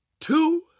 two